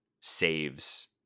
saves